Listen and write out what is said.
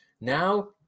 Now